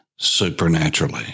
supernaturally